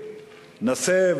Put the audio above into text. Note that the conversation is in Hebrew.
נסה,